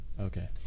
Okay